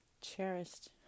cherished